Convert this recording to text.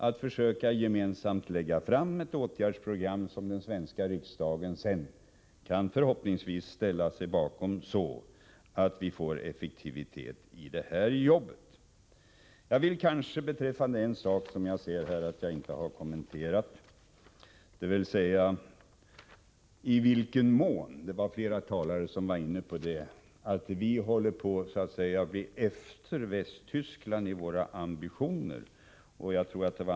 Vi kan sedan gemensamt lägga fram ett åtgärdsprogram som den svenska riksdagen förhoppningsvis kan ställa sig bakom så att vi får effektivitet i det här arbetet. Jag har inte kommenterat det som flera talare här påstått, nämligen att vi håller på att komma efter Västtyskland i våra ambitioner.